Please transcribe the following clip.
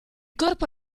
corpo